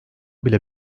bile